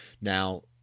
Now